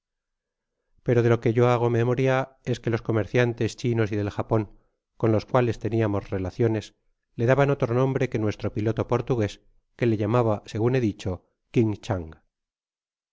pero de lo que yo hago memoria es que los comerciantes chinos y del japon con los cuales teniamos relaciones le daban otro nombre que nuestro piloto portugues que le llamaba segun he dicho quinchang